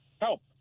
help